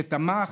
שתמך,